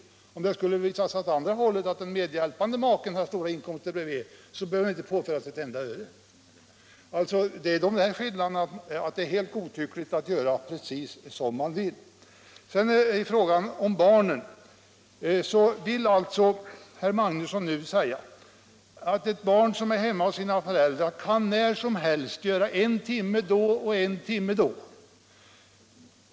Och om det å andra sidan skulle visa sig att den medhjälpande maken har stora inkomster bredvid behöver den inte påföras ett enda öre. Skillnaden är alltså att man nu helt godtyckligt kan göra precis som man vill. I fråga om barnen säger herr Magnusson nu att ett barn som är hemma hos sina föräldrar när som helst kan göra en timme då och en timme då.